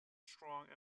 strong